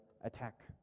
attack